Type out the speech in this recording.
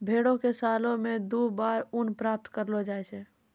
भेड़ो से सालो मे दु बार ऊन प्राप्त करलो जाय छै